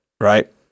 right